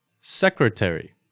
secretary